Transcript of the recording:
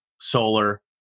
solar